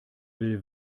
will